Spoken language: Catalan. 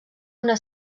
una